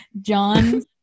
john